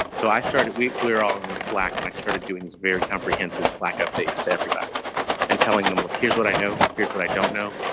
so i started we we're all in the slack and i started doing this very comprehensive slack updates to everybody and telling them, look, here's what i know. here's what i don't know.